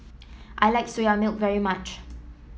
I like Soya Milk very much